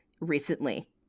recently